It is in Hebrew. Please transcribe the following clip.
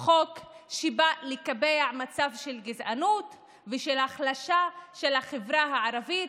חוק שבא לקבע מצב של גזענות ושל החלשה של החברה הערבית.